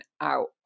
out